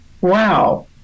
wow